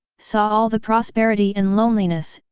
saw all the prosperity and loneliness,